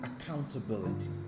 accountability